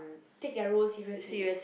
take their roles seriously